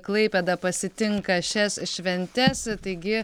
klaipėda pasitinka šias šventes taigi